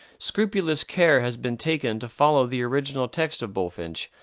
scrupulous care has been taken to follow the original text of bulfinch,